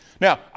Now